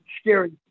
scary